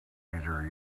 either